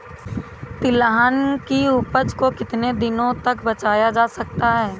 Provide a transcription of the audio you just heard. तिलहन की उपज को कितनी दिनों तक बचाया जा सकता है?